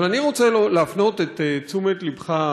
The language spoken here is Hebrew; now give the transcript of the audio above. אבל אני רוצה להפנות את תשומת לבך,